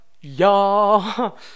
y'all